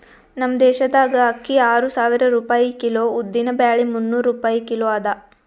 ನಮ್ ದೇಶದಾಗ್ ಅಕ್ಕಿ ಆರು ಸಾವಿರ ರೂಪಾಯಿ ಕಿಲೋ, ಉದ್ದಿನ ಬ್ಯಾಳಿ ಮುನ್ನೂರ್ ರೂಪಾಯಿ ಕಿಲೋ ಅದಾ